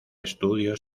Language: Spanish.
estudios